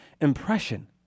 impression